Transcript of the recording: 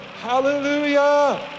Hallelujah